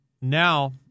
now